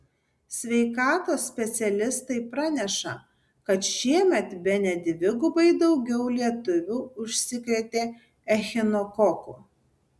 sveikatos specialistai praneša kad šiemet bene dvigubai daugiau lietuvių užsikrėtė echinokoku